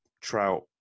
Trout